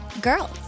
girls